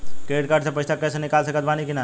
Credit card से पईसा cash निकाल सकत बानी की ना?